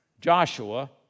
Joshua